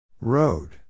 Road